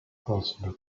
personal